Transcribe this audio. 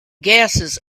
gases